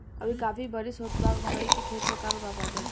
अभी काफी बरिस होत बा मकई के खेत पर का प्रभाव डालि?